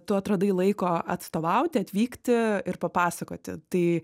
tu atradai laiko atstovauti atvykti ir papasakoti tai